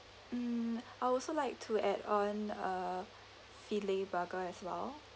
mm I'll also like to add on a filet burger as well